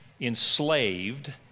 enslaved